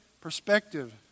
perspective